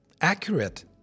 accurate